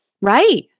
Right